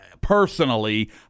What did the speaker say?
personally